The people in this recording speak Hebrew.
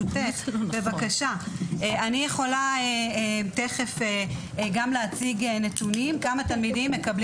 אני יכולה גם להציג נתונים כמה תלמידים מקבלים.